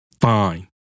fine